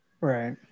Right